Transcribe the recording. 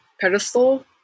pedestal